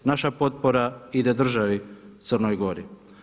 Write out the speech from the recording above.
Naša potpora ide državi Crnoj Gori.